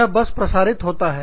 यह बस प्रसारित होता है